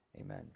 Amen